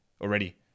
already